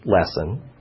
lesson